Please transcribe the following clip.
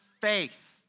faith